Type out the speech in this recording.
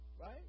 right